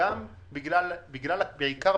ללא הקורונה,